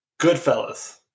Goodfellas